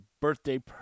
birthday